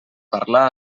parlar